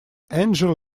angel